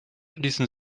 ließen